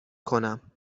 کنم